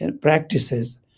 practices